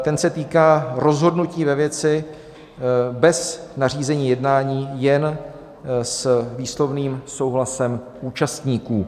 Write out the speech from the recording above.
Ten se týká rozhodnutí ve věci bez nařízení jednání jen s výslovným souhlasem účastníků.